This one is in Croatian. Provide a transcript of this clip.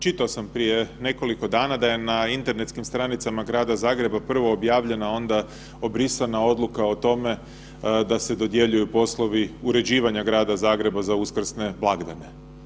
Čitao sam prije nekoliko dana da je na internetskim stranicama grada Zagreba prvo objavljena, a onda obrisana odluka o tome da se dodjeljuju poslovi uređivanja grada Zagreba za uskrsne blagdane.